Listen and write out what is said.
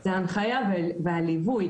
זה ההנחיה והליווי.